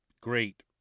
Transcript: great